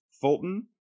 fulton